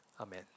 Amen